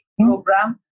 Program